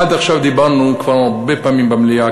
עד עכשיו דיברנו כבר הרבה פעמים במליאה,